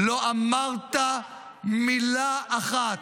לא אמרת מילה אחת,